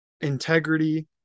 integrity